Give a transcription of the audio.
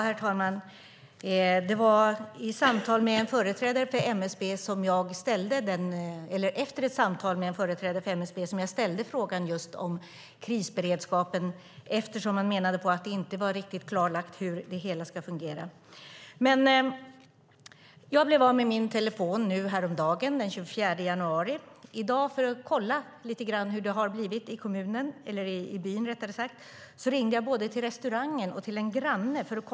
Herr talman! Det var efter ett samtal med en företrädare för MSB som jag ställde frågan just om krisberedskapen eftersom han menade att det inte var riktigt klarlagt hur det hela ska fungera. Jag blev av med min fasta telefoni häromdagen, den 24 januari. För att kolla lite grann om det fungerar i byn ringde jag i dag både till restaurangen och till en granne.